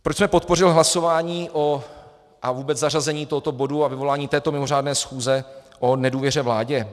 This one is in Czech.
Proč jsem podpořil hlasování a vůbec zařazení tohoto bodu a vyvolání této mimořádné schůze o nedůvěře vládě?